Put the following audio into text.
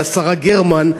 השרה גרמן,